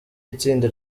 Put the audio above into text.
itsinda